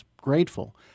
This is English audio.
grateful